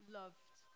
loved